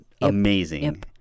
amazing